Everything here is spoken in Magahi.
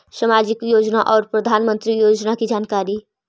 समाजिक योजना और प्रधानमंत्री योजना की जानकारी?